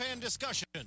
discussion